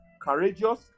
courageous